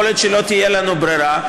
יכול להיות שלא תהיה לנו ברירה,